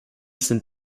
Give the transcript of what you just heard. sind